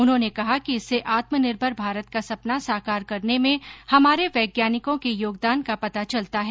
उन्होंने कहा कि इससे आत्मनिर्भर भारत का सपना साकार करने में हमारे वैज्ञानिकों के योगदान का पता चलता है